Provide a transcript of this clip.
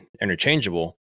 interchangeable